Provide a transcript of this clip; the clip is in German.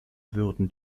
würden